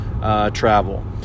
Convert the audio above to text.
travel